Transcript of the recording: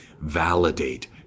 validate